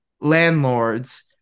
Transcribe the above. landlords